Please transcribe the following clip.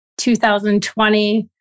2020